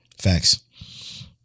Facts